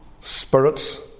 spirits